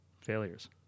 failures